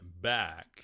back